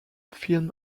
film